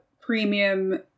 premium